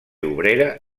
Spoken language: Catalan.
obrera